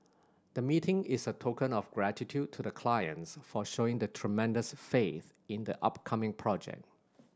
the meeting is a token of gratitude to the clients for showing tremendous faith in the upcoming project